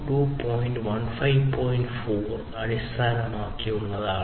4 അടിസ്ഥാനമാക്കിയുള്ളതാണ്